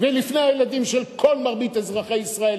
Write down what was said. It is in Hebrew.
ולפני הילדים של כל מרבית אזרחי ישראל,